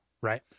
right